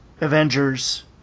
Avengers